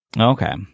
Okay